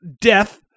Death